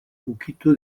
ukitu